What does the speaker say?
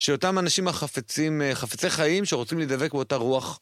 שאותם אנשים החפצים, חפצי חיים שרוצים להדבק באותה רוח.